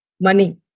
Money